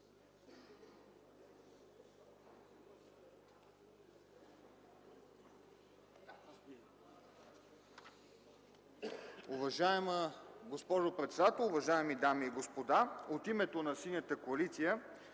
Уважаема госпожо председател, уважаеми дами и господа! От името на Синята коалиция